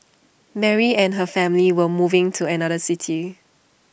Mary and her family were moving to another city